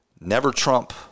never-Trump